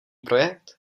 projekt